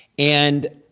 and